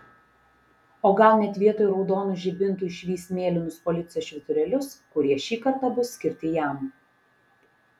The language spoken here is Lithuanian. o gal net vietoj raudonų žibintų išvys mėlynus policijos švyturėlius kurie šį kartą bus skirti jam